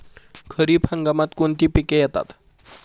खरीप हंगामात कोणती पिके येतात?